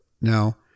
Now